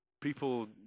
people